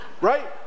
right